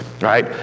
right